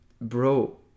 Bro